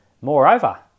Moreover